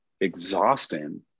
exhausting